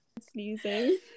Sneezing